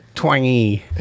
twangy